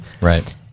Right